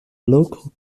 local